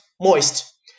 moist